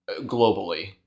globally